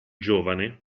giovane